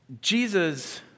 Jesus